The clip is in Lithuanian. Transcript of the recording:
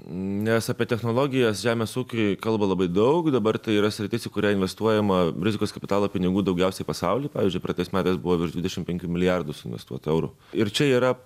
nes apie technologijas žemės ūkyje kalba labai daug dabar tai yra sritis į kurią investuojama rizikos kapitalo pinigų daugiausiai pasauly pavyzdžiui praeitais metais buvo virš dvidešimt penkių milijardus investuota eurų ir čia yra